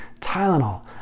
Tylenol